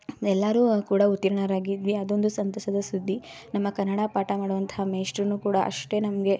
ಎಲ್ಲರೂ ಕೂಡ ಉತ್ತೀರ್ಣರಾಗಿದ್ವಿ ಅದೊಂದು ಸಂತಸದ ಸುದ್ದಿ ನಮ್ಮ ಕನ್ನಡ ಪಾಠ ಮಾಡುವಂಥ ಮೇಷ್ಟ್ರೂ ಕೂಡ ಅಷ್ಟೇ ನಮಗೆ